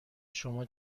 شما